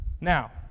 Now